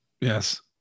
yes